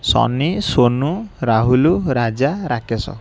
Sony Sonu Rahul Raja Rakesh